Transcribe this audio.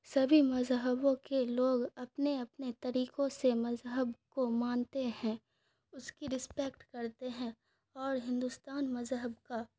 سبھی مذہبوں کے لوگ اپنے اپنے طریقوں سے مذہب کو مانتے ہیں اس کی رسپیکٹ کرتے ہیں اور ہندوستان مذہب کا